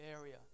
area